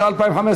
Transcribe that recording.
התשע"ה 2015,